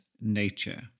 nature